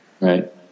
Right